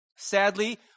Sadly